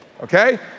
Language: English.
Okay